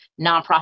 nonprofit